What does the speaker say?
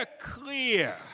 clear